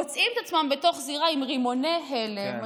מוצאים את עצמם בתוך זירה עם רימוני הלם,